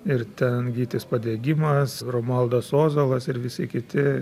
ir ten gytis padegimas romualdas ozolas ir visi kiti